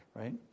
right